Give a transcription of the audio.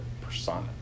persona